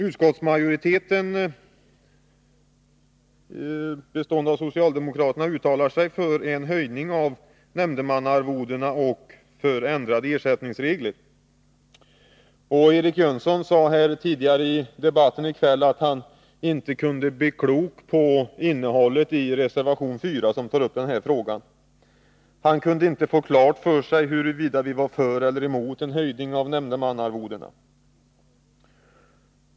Utskottsmajoriteten uttalar sig därför för en höjning av nämndemannaarvodena och ändrade ersättningsregler. Eric Jönsson sade här i kväll att han inte kunde bli klok på innehållet i reservation 4, där den här frågan tas upp. Han kunde inte få klart för sig huruvida vi var för eller emot en höjning av nämndemannarvodena.